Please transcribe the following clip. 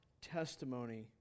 testimony